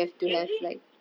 is it